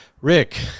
Rick